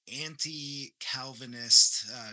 anti-Calvinist